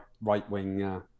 right-wing